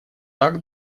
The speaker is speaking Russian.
так